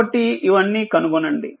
కాబట్టిఇవన్నీ కనుగొనండి